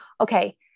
Okay